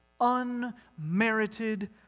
Unmerited